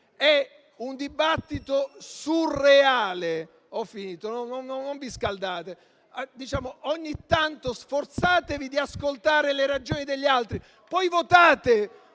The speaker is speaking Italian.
è un dibattito surreale. *(Commenti)*. Non vi scaldate, ogni tanto sforzatevi di ascoltare le ragioni degli altri. Poi votate,